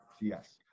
Yes